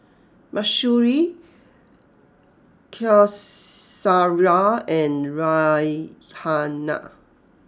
Mahsuri Qaisara and Raihana